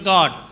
God